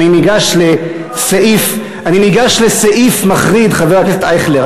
אני ניגש לסעיף מחריד, חבר הכנסת אייכלר.